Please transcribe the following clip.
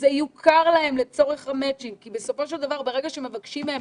זה יוכר להם לצורך המצ'ינג כי בסופו של דבר ברגע שמבקשים מהם